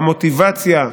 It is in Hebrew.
המוטיבציה,